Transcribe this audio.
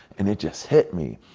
and it just hit me.